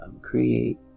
create